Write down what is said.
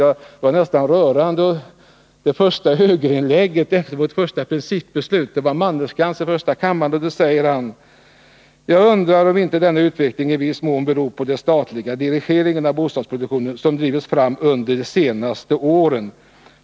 Efter vårt första principbeslut sades i det inledande inlägget från högerpartiet av Axel Mannerskantz i första kammaren: ”Jag undrar, om inte denna utveckling i viss mån beror på den statliga dirigering av bostadsproduktionen, som drivits fram under de senaste åren.